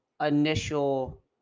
initial